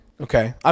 Okay